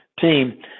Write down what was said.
team